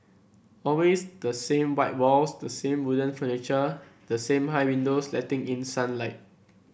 always the same white walls the same wooden furniture the same high windows letting in sunlight